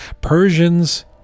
Persians